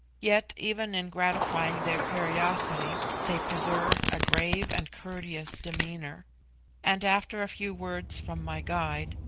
yet even in gratifying their curiosity they preserved a grave and courteous demeanour and after a few words from my guide,